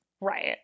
Right